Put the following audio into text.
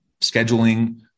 scheduling